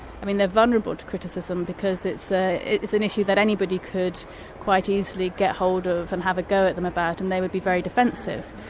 i mean they're vulnerable to criticism because it's ah it's an issue that anybody could quite easily get hold of and have a go at them about and they would be very defensive,